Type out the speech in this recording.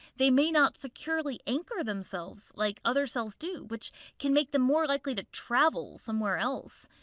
they may not securely anchor themselves like other cells do which can make them more likely to travel somewhere else.